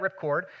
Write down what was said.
ripcord